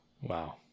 wow